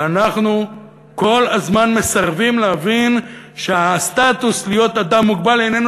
ואנחנו כל הזמן מסרבים להבין שהסטטוס של להיות אדם מוגבל איננו